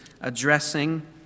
addressing